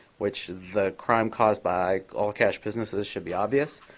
which the crime caused by all cash businesses should be obvious.